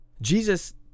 Jesus